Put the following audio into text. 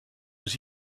aux